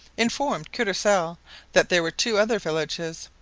informed courcelle that there were two other villages.